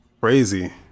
crazy